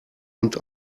und